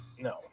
No